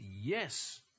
yes